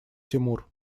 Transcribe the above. тимур